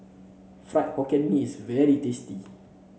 Fried Hokkien Mee is very tasty